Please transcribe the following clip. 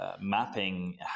Mapping